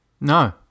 No